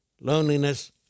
loneliness